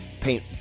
paint